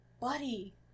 buddy